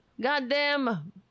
goddamn